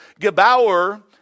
Gebauer